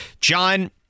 John